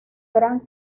gran